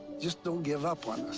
just don't give up on us,